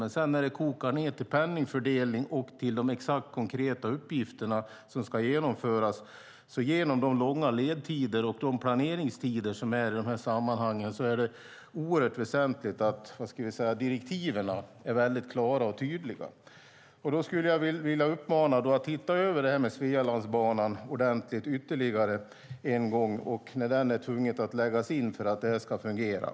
Men när det sedan kokar ned till penningfördelning och till de exakta konkreta uppgifterna som ska genomföras är det genom de långa ledtiderna och de planeringstider som finns i dessa sammanhang oerhört väsentligt att direktiven är mycket klara och tydliga. Jag skulle vilja uppmana till att ytterligare en gång ordentligt se över detta med Svealandsbanan. Den är det tvunget att lägga in för att det här ska fungera.